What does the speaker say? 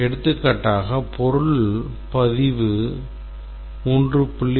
எடுத்துக்காட்டாக பொருள் பதிவு 3